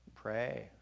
Pray